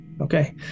Okay